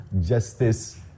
Justice